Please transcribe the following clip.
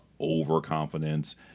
overconfidence